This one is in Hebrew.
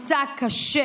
מסע קשה,